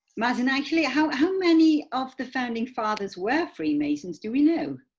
martin, actually how how many of the founding fathers were freemasons? do we know?